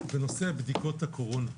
בנושא בדיקות הקורונה.